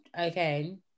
okay